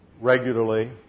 regularly